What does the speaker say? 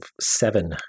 seven –